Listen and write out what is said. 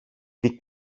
δει